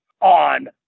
on